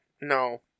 no